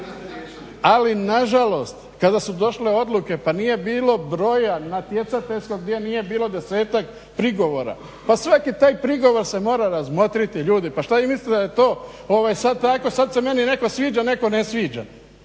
Ali nažalost, kada su došle odluke pa nije bilo broja, natjecateljskog gdje nije bilo desetak prigovora. Pa svaki taj prigovor se mora razmotriti ljudi, pa šta vi mislite da je to, ovo je sad tako, sad se meni netko sviđa, netko ne sviđa.